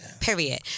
Period